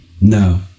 No